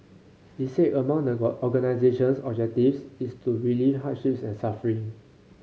he said among the organisation's objectives is to relieve hardships and suffering